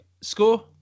score